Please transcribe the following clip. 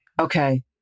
Okay